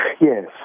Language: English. Yes